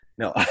No